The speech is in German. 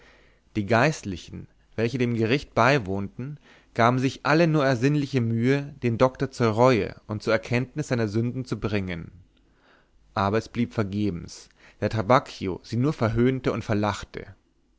die geistlichen welche dem gericht beiwohnten gaben sich alle nur ersinnliche mühe den doktor zur reue und zur erkenntnis seiner sünden zu bringen aber es blieb vergebens da trabacchio sie nur verhöhnte und verlachte